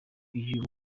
uyu